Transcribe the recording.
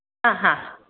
ആഹ് ഹാ